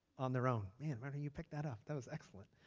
on their own. man, but you picked that up. that was excellent.